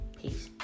Peace